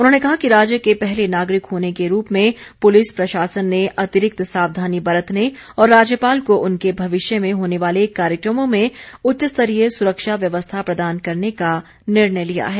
उन्होंने कहा कि राज्य के पहले नागरिक होने के रूप में पुलिस प्रशासन ने अतिरिक्त सावधानी बरतने और राज्यपाल को उनके भविष्य में होने वाले कार्यक्रमों में उच्च स्तरीय सुरक्षा व्यवस्था प्रदान करने का निर्णय लिया है